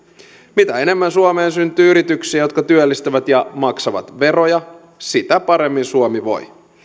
mitä enemmän suomeen syntyy yrityksiä jotka työllistävät ja maksavat veroja sitä paremmin suomi voi